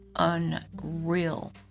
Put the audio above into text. unreal